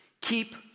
Keep